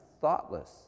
thoughtless